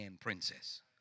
princess